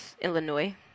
Illinois